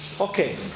Okay